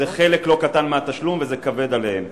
זה חלק לא קטן מהתשלום וזה כבד עליהן.